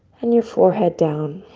and your forehead down.